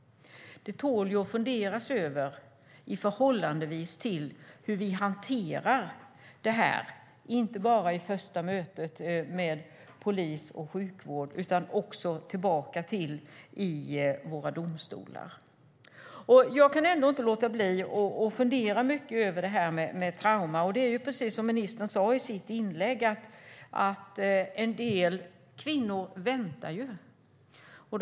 Det tål att fundera över i förhållande till hur vi hanterar dessa fall, inte bara i första mötet med polis och sjukvård utan också i våra domstolar. Jag kan inte låta bli att fundera över vad ett trauma är. Precis som ministern sade i sitt inlägg väntar en del kvinnor med att anmäla.